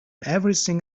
everything